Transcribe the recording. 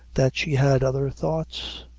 that she had other thoughts,